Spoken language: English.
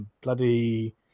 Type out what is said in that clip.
Bloody